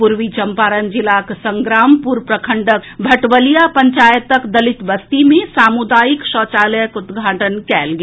पूर्वी चंपारण जिलाक संग्रामपुर प्रखंडक भटवलिया पंचायतक दलित बस्ती मे सामुदायिक शौचालयक उद्घाटन कयल गेल